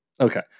okay